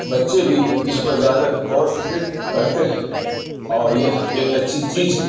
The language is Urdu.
بچے بھی اس پر زیادہ غور و فکر کرتے ہے اور یہ ایک اچھی چیز ہے